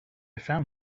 found